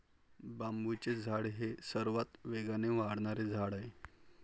बांबूचे झाड हे सर्वात वेगाने वाढणारे झाड आहे